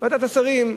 ועדת השרים,